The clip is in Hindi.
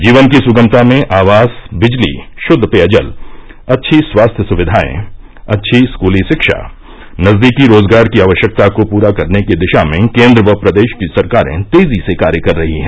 जीवन की सुगमता में आवास बिजली शुद्ध पेयजल अच्छी स्वास्थ्य सुविधाएं अच्छी स्कूली शिक्षा नजदीकी रोजगार की आवश्यकता को पूरा करने की दिशा में केंद्र व प्रदेश की सरकारे तेजी से कार्य कर रही हैं